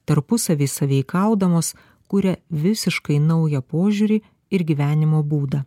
tarpusavy sąveikaudamos kuria visiškai naują požiūrį ir gyvenimo būdą